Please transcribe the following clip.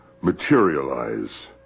materialize